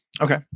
Okay